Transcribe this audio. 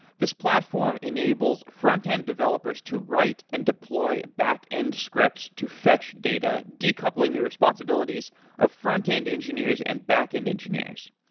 this platform enables frontend developers to write and deploy backend scripts to fetch data decoupling the responsibilities of frontend engineers and backend engineers.